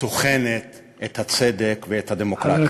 טוחנת את הצדק ואת הדמוקרטיה.